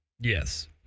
Yes